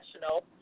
national